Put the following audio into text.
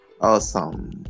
Awesome